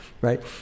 right